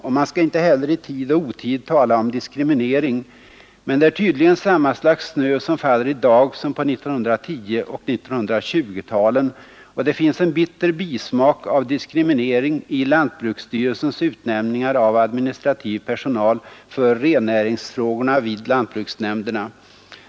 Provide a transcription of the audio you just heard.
Och man ska inte heller i tid och otid tala om diskriminering. Men det är tydligen samma slags snö som faller i dag som på 1910 och 1920-talen. Och det finns en bitter bismak av diskriminering i lantbruksstyrelsens utnämningar av administrativ personal för rennäringsfrågorna vid lantbruksnämnderna.